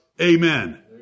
Amen